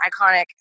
iconic